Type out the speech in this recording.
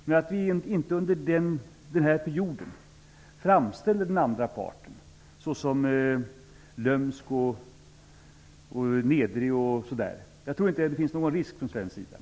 Men vi skall under denna period inte framställa den andra parten såsom lömsk och nedrig. Jag tror inte att det finns någon risk för det från svensk sida.